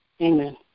Amen